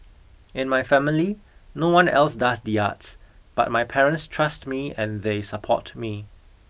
in my family no one else does the arts but my parents trust me and they support me